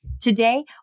Today